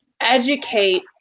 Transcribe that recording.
educate